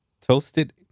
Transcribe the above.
Toasted